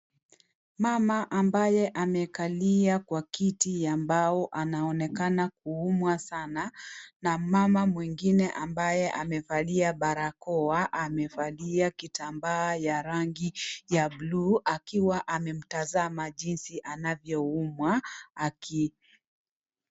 Mama ambaye amekalia kwa kiti ya mbao anaonekana kuumwa sana na mama mwengine ambaye amevalia barakoa amevalia kitambaa ya rangi ya bluu akiwa amemtazama jinsi anavyoumwa aki.